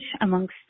amongst